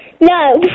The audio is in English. No